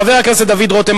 חבר הכנסת דוד רותם,